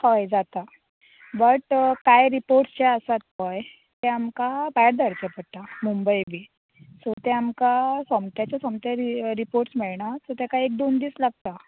हय जाता बट काय रिपोर्ट जे आसात पळय ते आमकां भायर धाडचे पडटा मुंबय बी सो ते आमकां सोमत्याचे सोमते रिपोर्ट मेळना सो तेका एक दोन दीस लागता